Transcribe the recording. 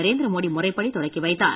நரேந்திர மோடி முறைப்படி தொடங்கி வைத்தார்